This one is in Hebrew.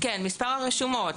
כן, מספר הרשומות.